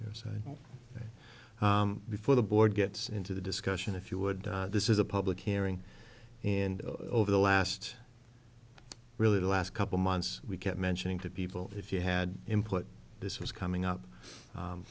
your side before the board gets into the discussion if you would this is a public hearing and over the last really the last couple months we kept mentioning to people if you had input this was coming up